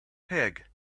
pig